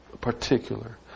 particular